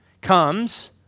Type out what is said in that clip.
comes